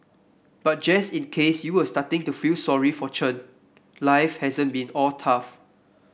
but just in case you were starting to feel sorry for Chen life hasn't been all tough